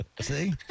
See